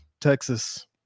Texas